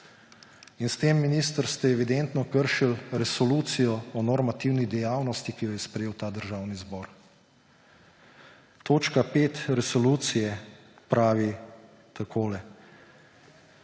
In s tem, minister, ste evidentno kršili Resolucijo o normativni dejavnosti, ki jo je sprejel ta državni zbor. Peta točka resolucije pravi takole: